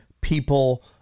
people